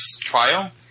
trial